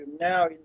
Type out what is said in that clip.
now